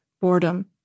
boredom